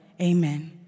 Amen